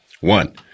One